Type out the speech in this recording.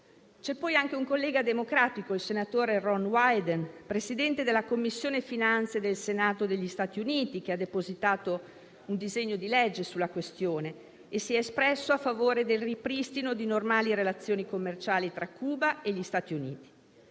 C'è poi anche un collega democratico, il senatore Ron Wyden, Presidente della Commissione finanze del Senato degli Stati Uniti, che ha depositato un disegno di legge sulla questione e si è espresso a favore del ripristino di normali relazioni commerciali tra Cuba e gli Stati Uniti.